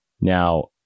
Now